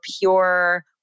pure